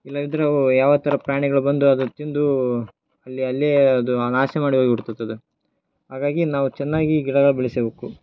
ಇಲ್ಲದಿದ್ದರೆ ಅವು ಯಾವ ಥರ ಪ್ರಾಣಿಗಳು ಬಂದು ಅದು ತಿಂದು ಅಲ್ಲಿ ಅಲ್ಲಿಯೇ ಅದು ನಾಶ ಮಾಡಿ ಹೋಗ್ಬಿಡ್ತದದು ಹಾಗಾಗಿ ನಾವು ಚೆನ್ನಾಗಿ ಗಿಡವ ಬೆಳೆಸಬೇಕು